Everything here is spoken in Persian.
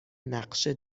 نقشه